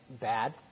bad